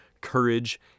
courage